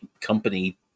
company